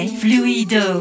fluido